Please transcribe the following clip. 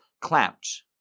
clamped